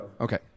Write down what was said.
Okay